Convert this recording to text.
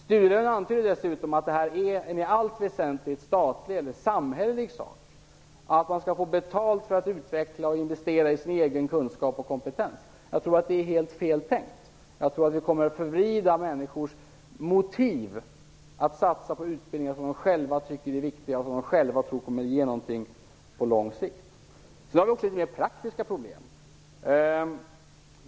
"Studielön" antyder dessutom att det är en i allt väsentligt statlig eller samhällelig sak att man skall få betalt för att utveckla och investera i sin egen kunskap och kompetens. Jag tror att det är helt fel tänkt. Jag tror att vi kommer att förvrida människors motiv att satsa på utbildningar som de själva tycker är viktiga och som de själva tror kommer att ge någonting på lång sikt. Det finns också mer praktiska problem.